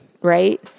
right